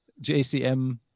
JCM